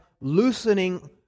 loosening